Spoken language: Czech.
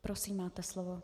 Prosím, máte slovo.